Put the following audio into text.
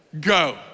go